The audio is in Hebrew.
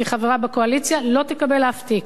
כחברה בקואליציה לא תקבל אף תיק